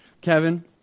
Kevin